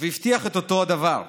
והבטיח את אותו הדבר.